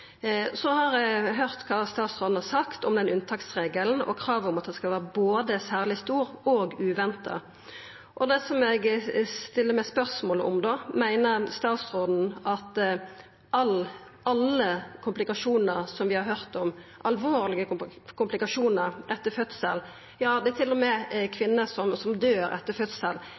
Eg har høyrt kva statsråden har sagt om den unntaksregelen og kravet om at skaden skal vera både særleg stor og uventa. Det eg spør meg om da, er om statsråden meiner at alle komplikasjonar som vi har høyrt om, alvorlege komplikasjonar etter fødsel – ja, det er til og med kvinner som døyr etter fødsel